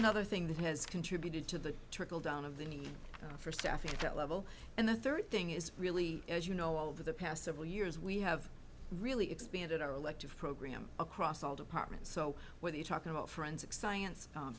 another thing that has contributed to the trickle down of the need for staffing at that level and the third thing is really as you know over the past several years we have really expanded our elected program across all departments so whether you're talking about forensic science